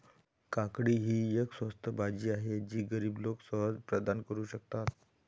काकडी ही एक स्वस्त भाजी आहे जी गरीब लोक सहज प्रदान करू शकतात